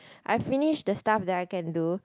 I finish the stuff that I can do